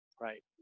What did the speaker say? right